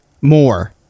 more